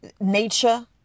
nature